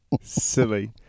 Silly